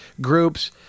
groups